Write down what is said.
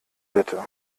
bitte